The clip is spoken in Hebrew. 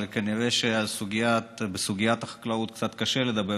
אבל כנראה שבסוגיית החקלאות קשה לדבר